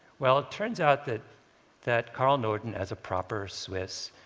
well it turns out that that carl norden, as a proper swiss,